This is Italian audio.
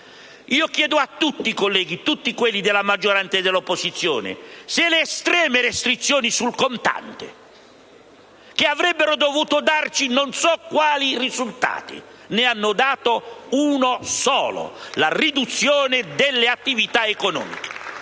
Ricordo a tutti i colleghi, della maggioranza e dell'opposizione, che le estreme restrizioni sul contante, che avrebbero dovuto darci non so quali risultati, ne hanno dato uno solo: la riduzione delle attività economiche.